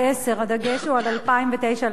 הדגש הוא על 2009 2010,